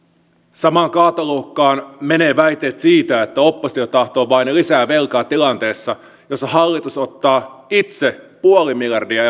samaan kaatoluokkaan menevät väitteet siitä että oppositio tahtoo vain lisää velkaa tilanteessa jossa hallitus ottaa itse nolla pilkku viisi miljardia